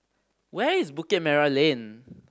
where is Bukit Merah Lane